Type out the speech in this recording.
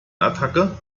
attacke